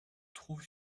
trouve